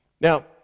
Now